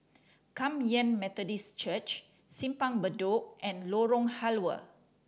Kum Yan Methodist Church Simpang Bedok and Lorong Halwa